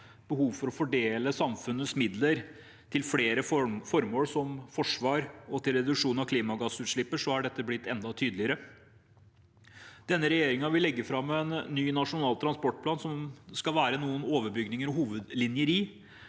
behov for å fordele samfunnets midler til flere formål, som forsvar og reduksjon av klimagassutslipp, er dette blitt enda tydeligere. Denne regjeringen vil legge fram en ny nasjonal transportplan som det skal være noen overbygninger og hovedlinjer i.